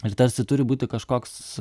ir tarsi turi būti kažkoks